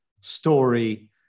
story